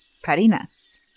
Carinas